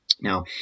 Now